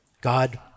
God